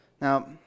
Now